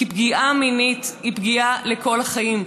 כי פגיעה מינית היא פגיעה לכל החיים,